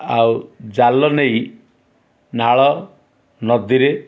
ଆଉ ଜାଲ ନେଇ ନାଳ ନଦୀରେ